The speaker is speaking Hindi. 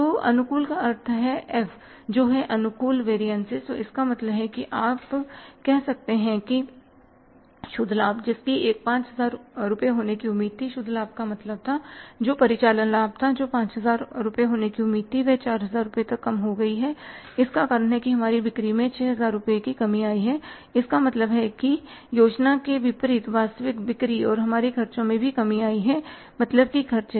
तो अनुकूल का अर्थ है एफ जो है अनुकूल वेरियनसिस तो इसका मतलब है कि आप कह सकते हैं कि शुद्ध आय जिसकी 5000 रुपए होने की उम्मीद थी शुद्ध लाभ का मतलब था जो परिचालन लाभ था जो 5000 रुपए होने की उम्मीद थी वह 4000 रुपए तक कम हो गई है इसका कारण है हमारी बिक्री में 6000 रुपये की कमी आई है जिसका मतलब है कि योजना के विपरीत वास्तविक बिक्री और हमारे ख़र्चों में भी कमी आई है मतलब कि खर्चे